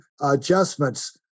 adjustments